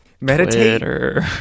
Meditate